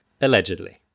allegedly